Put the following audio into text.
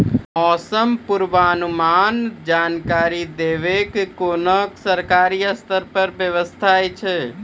मौसम पूर्वानुमान जानकरी देवाक कुनू सरकारी स्तर पर व्यवस्था ऐछि?